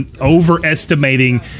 overestimating